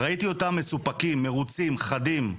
ראיתי אותם מסופקים, מרוצים, חדים.